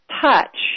touch